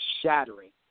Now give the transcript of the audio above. shattering